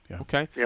Okay